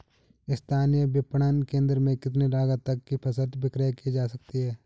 स्थानीय विपणन केंद्र में कितनी लागत तक कि फसल विक्रय जा सकती है?